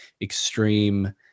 extreme